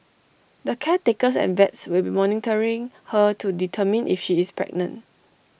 the caretakers and vets will be monitoring her to determine if she is pregnant